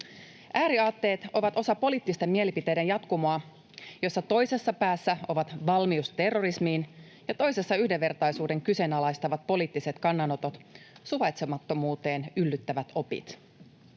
Ääriaatteet ovat osa poliittisten mielipiteiden jatkumoa, jossa toisessa päässä on valmius terrorismiin ja toisessa ovat yhdenvertaisuuden kyseenalaistavat poliittiset kannanotot, suvaitsemattomuuteen yllyttävät opit.